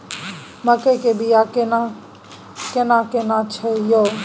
मकई के बिया केना कोन छै यो?